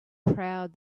proud